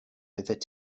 oeddet